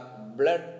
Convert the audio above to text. blood